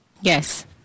Yes